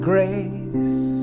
grace